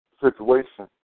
situation